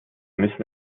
müssen